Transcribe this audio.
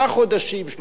שלושה חודשים,